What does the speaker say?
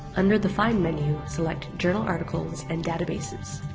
under the find menu, select journal articles and databases.